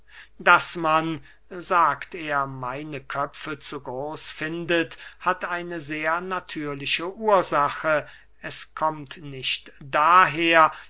daß man sagt er meine köpfe zu groß findet hat eine sehr natürliche ursache es kommt nicht daher